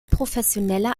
professioneller